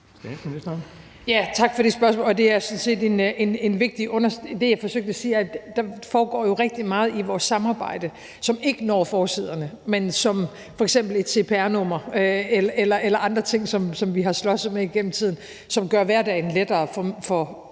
Tak for det spørgsmål. Det, jeg forsøgte at sige, er, at der jo foregår rigtig meget i vores samarbejde, som ikke når forsiderne – som f.eks. et cpr-nummer eller andre ting, vi har slåsset med igennem tiden, som gør hverdagen lettere for indbyggerne